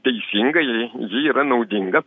teisinga jei ji yra naudinga